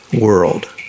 world